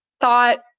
thought